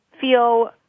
feel